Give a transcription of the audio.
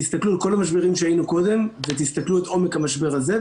תסתכלו על כל המשברים שהיו לנו קודם ותסתכלו על עומק המשבר זה.